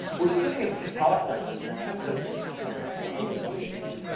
we're sitting at the tiktaalik site one year, and ted says, golly, i think i've seen this place before.